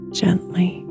gently